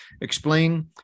explain